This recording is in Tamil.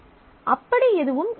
அப்படி எதுவும் இல்லை